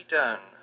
done